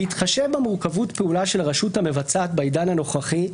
בהתחשב במורכבות הפעולה של הרשות המבצעת בעידן הנוכחי,